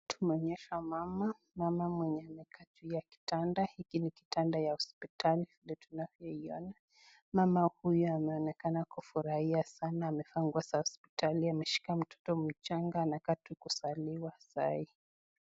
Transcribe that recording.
Tunaonyeshwa mama. Mama mwenye ameka juu ya kitanda, hiki ni katanda ya hospitali tunavyoona. Mama huyu anaonekana kufurahia sana amevaa nguo za hospitali ameshika mtoto mchanga anaka tu kuzaliwa sahi.